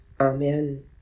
Amen